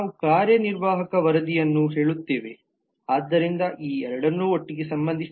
ನಾವು ಕಾರ್ಯನಿರ್ವಾಹಕ ವರದಿಗಳನ್ನು ಹೇಳುತ್ತೇವೆ ಆದ್ದರಿಂದ ಈ ಎರಡನ್ನೂ ಒಟ್ಟಿಗೆ ಸಂಬಂಧಿಸಿದೆ